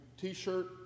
t-shirt